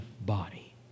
body